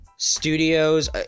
Studios